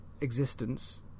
existence